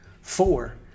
Four